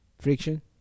friction